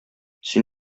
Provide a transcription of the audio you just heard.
син